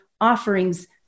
offerings